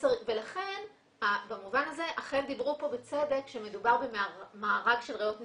לכן במובן הזה אכן דיברו פה בצדק שמדובר במארג של ראיות נסיבתיות.